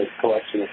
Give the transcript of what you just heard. collection